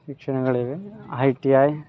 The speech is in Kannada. ಶಿಕ್ಷಣಗಳಿವೆ ಐ ಟಿ ಐ